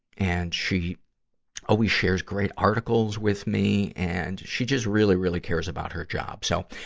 and she always shares great articles with me. and she just really, really cares about her job. so,